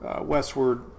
westward